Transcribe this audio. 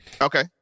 Okay